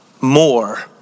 more